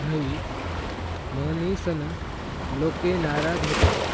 न्हयी, म्हनीसन लोके नाराज व्हतंस